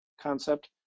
concept